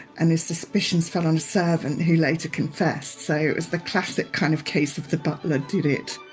and his suspicions fell on a servant who later confessed. so, it was the classic kind of case of the butler did it